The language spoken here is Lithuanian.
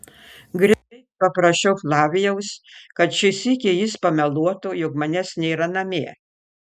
greit paprašiau flavijaus kad šį sykį jis pameluotų jog manęs nėra namie